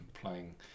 playing